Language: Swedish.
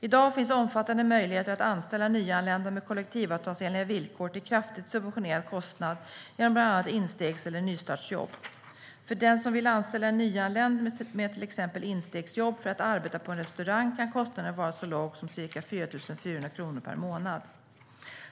I dag finns omfattande möjligheter att anställa nyanlända med kollektivavtalsenliga villkor till kraftigt subventionerad kostnad genom bland annat instegs eller nystartsjobb. För den som vill anställa en nyanländ, till exempel med instegsjobb för arbete på en restaurang, kan kostnaden vara så låg som ca 4 400 kronor per månad.